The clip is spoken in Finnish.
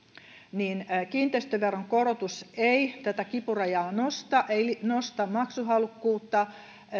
kiinteistöveron korotus ei tätä kipurajaa nosta ei nosta maksuhalukkuutta